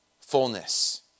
fullness